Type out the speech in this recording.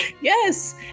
Yes